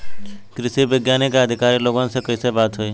कृषि वैज्ञानिक या अधिकारी लोगन से कैसे बात होई?